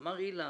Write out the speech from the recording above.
שאמר אילן,